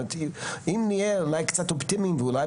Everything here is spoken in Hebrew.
זאת אומרת אם נהיה אולי קצת אופטימיים ואולי